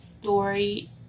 story